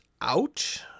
out